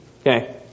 Okay